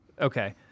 Okay